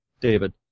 David